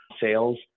sales